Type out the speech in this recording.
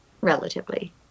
relatively